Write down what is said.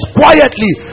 quietly